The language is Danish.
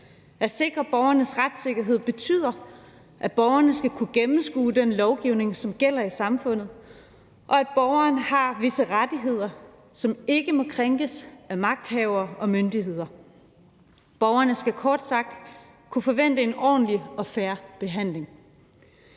At sikre borgernes retssikkerhed betyder, at borgerne skal kunne gennemskue den lovgivning, som gælder i samfundet, og at borgerne har visse rettigheder, som ikke må krænkes af magthavere og myndigheder. Borgerne skal kort sagt kunne forvente en ordentlig og fair behandling.